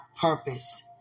purpose